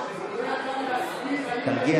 תרגיע